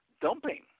dumping